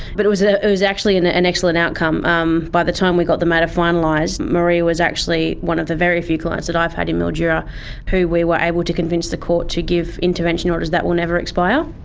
but it was ah it was actually an an excellent outcome. um by the time we got the matter finalised, maria was actually one of the very few clients that i've had in mildura who we were able to convince the court to give intervention orders that will never expire.